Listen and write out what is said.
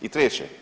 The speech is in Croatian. I treće.